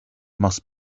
must